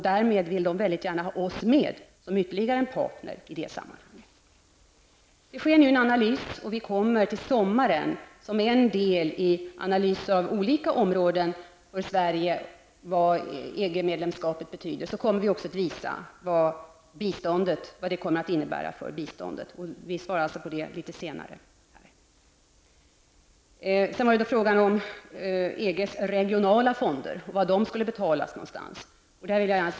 Därmed vill de gärna ha oss med som ytterligare en partner i det sammanhanget. Det sker nu en analys, och vi kommer till sommaren som en del i en analys av olika områden för vad EG-medlemskapet betyder för Sverige, att också visa vad EG-biståndet kommer att betyda. Vi skall alltså svara på det litet senare. Sedan var det fråga om var EGs regionala fonder skulle betalas någonstans.